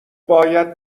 باید